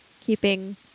keeping